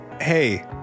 Hey